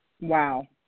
Wow